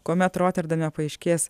kuomet roterdame paaiškės